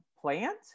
plant